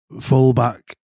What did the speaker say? fullback